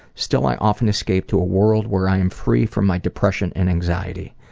still i often escape to a world where i am free from my depression and anxiety.